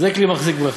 זה כלי מחזיק ברכה.